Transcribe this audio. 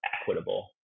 equitable